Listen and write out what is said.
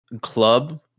club